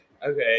Okay